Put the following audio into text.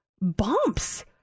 bumps